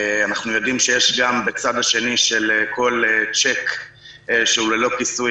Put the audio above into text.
אנחנו יודעים שיש גם בצד השני של כל צ'ק שהוא ללא כיסוי,